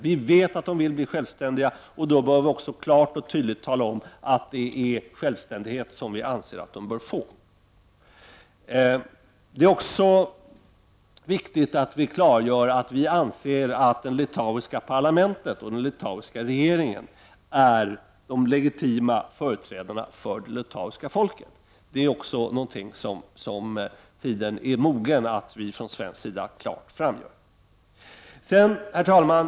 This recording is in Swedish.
Vi vet att litauerna vill bli självständiga, och då bör vi också klart och tydligt tala om att självständighet är vad vi anser att de bör få. Det är också viktigt att vi klargör att vi anser att det litauiska parlamentet och den litauiska regeringen är de legitima företrädarna för det litauiska folket. Tiden är mogen för att vi från svensk sida klart uttalar även detta.